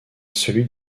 celui